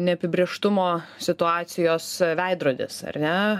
neapibrėžtumo situacijos veidrodis ar ne